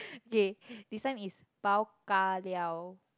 okay this one is bao ka liao